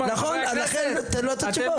לכן תראה את התשובות.